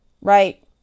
right